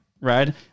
right